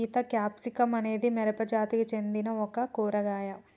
Sita capsicum అనేది మిరపజాతికి సెందిన ఒక కూరగాయ